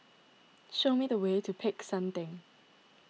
show me the way to Peck San theng